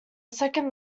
second